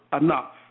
enough